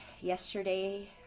yesterday